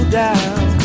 down